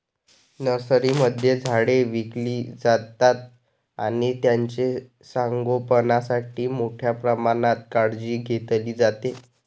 नर्सरीमध्ये झाडे विकली जातात आणि त्यांचे संगोपणासाठी मोठ्या प्रमाणात काळजी घेतली जाते